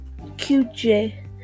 QJ